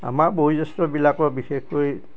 আমাৰ বয়োজ্যেষ্ঠবিলাকৰ বিশেষকৈ